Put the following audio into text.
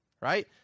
right